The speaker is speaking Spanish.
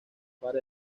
para